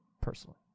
personally